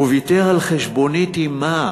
הוא ויתר על חשבונית עם מע"מ.